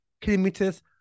kilometers